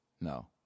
No